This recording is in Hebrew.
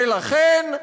ולכן,